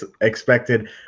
expected